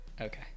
Okay